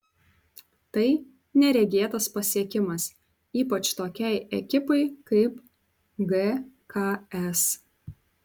tai neregėtas pasiekimas ypač tokiai ekipai kaip gks